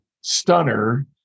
stunner